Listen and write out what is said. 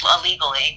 illegally